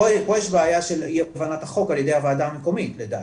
פה יש בעיה של אי הבנת החוק על ידי הוועדה המקומית לדעתי,